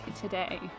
today